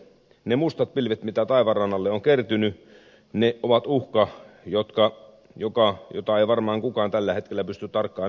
ne mustat pilvet mitä taivaanrannalle on kertynyt ovat uhka jota ei varmaan kukaan tällä hetkellä pysty tarkkaan ennakoimaan